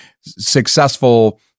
successful